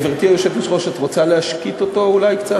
גברתי היושבת-ראש, את רוצה להשתיק אותו אולי קצת?